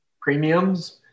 Premiums